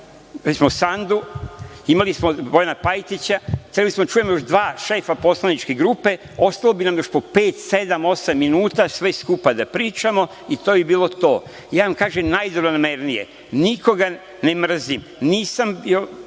smo Sandu, imali smo Bojana Pajtića i trebali smo da čujemo još dva šefa poslaničke grupe. Ostalo bi nam još po pet, sedam, osam minuta sve skupa da pričamo i to bi bilo to. Ja vam kažem najdobronamernije, nikoga ne mrzim, nisam Vlah,